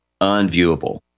unviewable